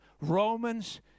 Romans